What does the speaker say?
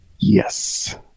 Yes